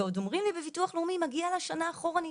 עוד אומרים לי בביטוח לאומי מגיע לה שנה אחורנית,